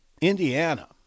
Indiana –